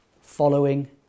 Following